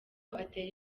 atera